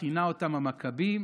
וכינה אותם המכבים,